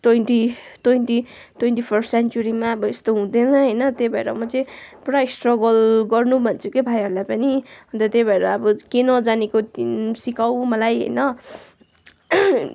twenty twenty twenty first सेन्चुरीमा अब यस्तो हुँदैन होइन त्यही भएर म चाहिँ पुरा स्ट्रगल गर्नु भन्छु क्या भाइहरूलाई पनि अन्त त्यही भएर अब केही नजानेको दिन सिकाऊ मलाई होइन